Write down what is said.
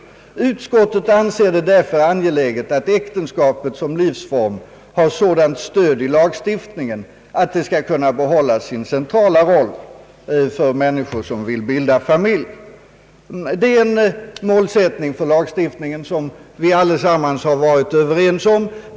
Utskottet anser det därför angeläget att äktenskapet som livsform har sådant stöd i lagstiftningen att det skall kunna behålla sin centrala roll för människor som vill bilda familj.» Det är en målsättning för lagstiftningen som vi allesammans varit överens om.